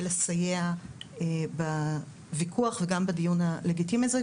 לסייע בוויכוח וגם בדיון הלגיטימי הזה,